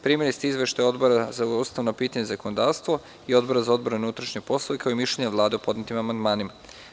Primili ste izveštaje Odbora za ustavna pitanja i zakonodavstvo i Odbora za odbranu i unutrašnje poslove, kao i mišljenje Vlade o podnetim amandmanima.